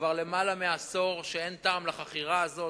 כבר למעלה מעשור אין טעם בחכירה הזאת,